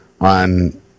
on